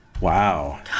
Wow